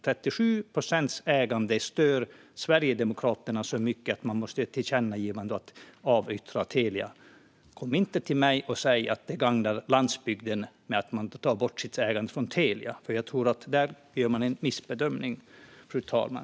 37 procents ägande stör Sverigedemokraterna så mycket att de måste göra ett tillkännagivande om att avyttra Telia, men kom inte till mig och säg att det gagnar landsbygden att ta bort ägandet från Telia! Det tror jag är en missbedömning, fru talman.